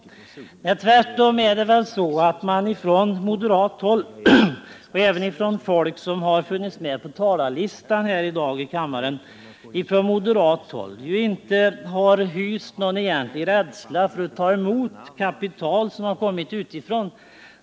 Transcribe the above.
Det är väl tvärtom på det sättet att man från moderat håll — och det gäller även dem som har funnits med på talarlistan här i kammaren — inte har hyst någon egentlig rädsla för att ta emot kapital som kommit utifrån.